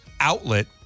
outlet